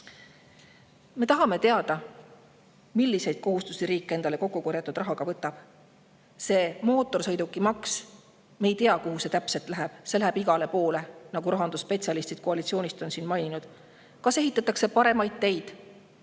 Me tahame teada, milliseid kohustusi riik endale kokkukorjatud rahaga võtab. Mootorsõidukimaks – me ei tea, kuhu see täpselt läheb. See läheb igale poole, nagu rahandusspetsialistid koalitsioonist on siin maininud. Kas ehitatakse paremaid teid?